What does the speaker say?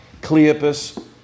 Cleopas